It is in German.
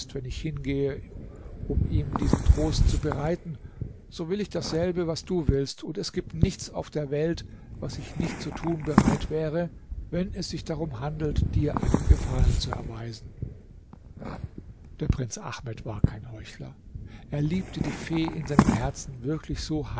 wenn ich hingehe um ihm diesen trost zu bereiten so will ich dasselbe was du willst und es gibt nichts auf der welt was ich nicht zu tun bereit wäre wenn es sich darum handelt dir einen gefallen zu erweisen der prinz ahmed war kein heuchler er liebte die fee in seinem herzen wirklich so